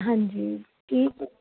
ਹਾਂਜੀ ਠੀਕ